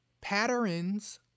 patterns